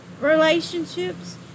relationships